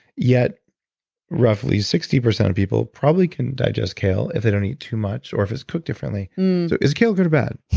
yet roughly sixty percent of people probably can digest kale if they don't eat too much or if it's cooked differently. so is kale good or bad?